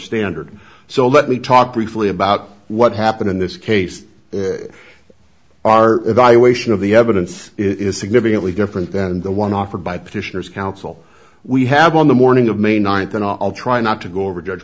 standard so let me talk briefly about what happened in this case our evaluation of the evidence is significantly different than the one offered by petitioners counsel we have on the morning of may ninth and i'll try not to go over judg